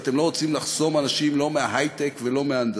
ואתם לא רוצים לחסום אנשים לא מההיי-טק ולא מההנדסה.